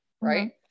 right